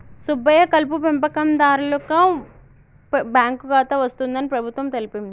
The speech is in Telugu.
సుబ్బయ్య కలుపు పెంపకందారులకు బాంకు ఖాతా వస్తుందని ప్రభుత్వం తెలిపింది